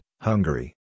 Hungary